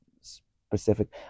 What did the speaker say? specific